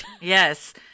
Yes